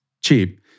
cheap